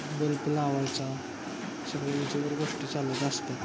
bulb लावायचा हे सगळं विजेवर गोष्टी चालत असतात